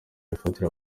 bifatira